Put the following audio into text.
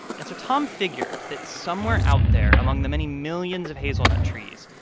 and so tom figured that somewhere out there among the many millions of hazelnut trees,